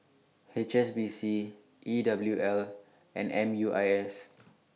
H S B C E W L and M U I S